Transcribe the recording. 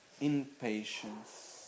impatience